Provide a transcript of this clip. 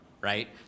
right